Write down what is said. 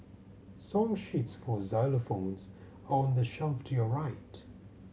song sheets for xylophones are on the shelf to your right